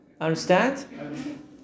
Understand